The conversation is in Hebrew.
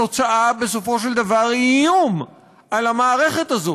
התוצאה, בסופו של דבר, היא איום על המערכת הזאת,